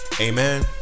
amen